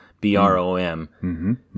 b-r-o-m